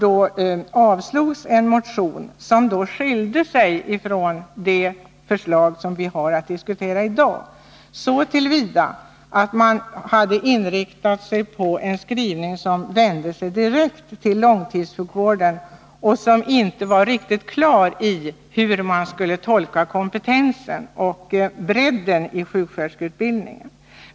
Då avslogs den motion som skilde sig från det förslag som vi har att diskutera i dag så till vida, att man i det hade inriktat sig på en skrivning som vände sig direkt till långtidssjukvården och där frågan om hur man skulle tolka kompetensen och bredden i sjuksköterskeutbildningen inte var riktigt klar.